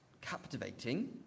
captivating